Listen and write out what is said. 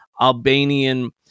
Albanian